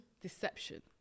deception